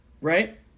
right